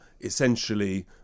essentially